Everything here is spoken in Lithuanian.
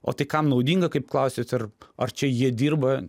o tai kam naudinga kaip klausėt ir ar čia jie dirba